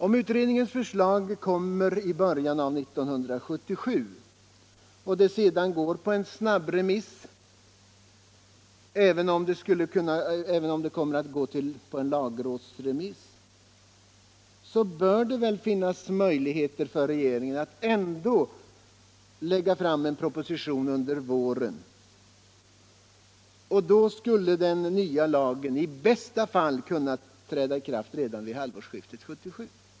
Om utredningens förslag kommer i början av 1977 och sedan går ut på en snabbremiss bör det — även om förslaget går på lagrådsremiss — finnas möjligheter för regeringen att lägga fram en proposition under våren. Då skulle den nya lagen i bästa fall kunna träda i kraft redan vid halvårsskiftet 1977.